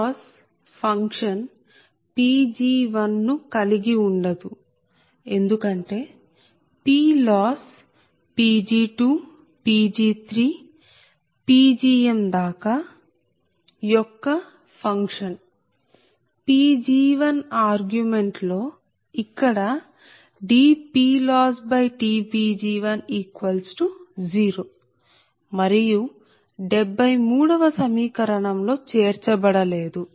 PLoss function Pg1 ను కలిగి ఉండదు ఎందుకంటే PLoss Pg2Pg3Pgm యొక్క ఫంక్షన్ Pg1 ఆర్గ్యుమెంట్ లో ఇక్కడ dPLossdPg10 మరియు 73 వ సమీకరణం లో చేర్చబడలేదు